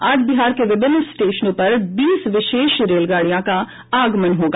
आज बिहार के विभिन्न स्टेशनों पर बीस विशेष रेलगाडियों का आगमन होगा